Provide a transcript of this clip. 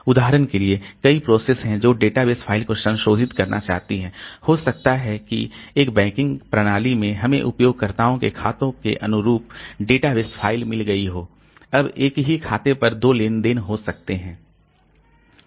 उदाहरण के लिए कई प्रोसेस हैं जो डेटाबेस फ़ाइल को संशोधित करना चाहती हैं हो सकता है कि एक बैंकिंग प्रणाली में हमें उपयोगकर्ताओं के खातों के अनुरूप डेटाबेस फ़ाइल मिल गई हो अब एक ही खाते पर दो लेनदेन हो सकते हैं